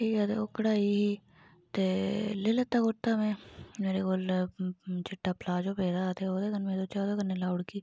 ठीक ऐ ते ओह् कढाई ही ते लेई लैता कुरता में मेरै कोल चिट्टा पलाजो पेदा हा ते में सोच्चेआ ओह्दे कन्नै लाउड़गी